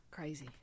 Crazy